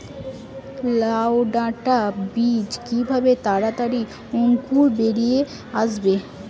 লাউ ডাটা বীজ কিভাবে তাড়াতাড়ি অঙ্কুর বেরিয়ে আসবে?